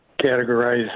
categorize